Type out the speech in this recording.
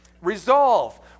resolve